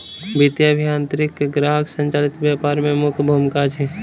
वित्तीय अभियांत्रिकी के ग्राहक संचालित व्यापार में मुख्य भूमिका अछि